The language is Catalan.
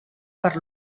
per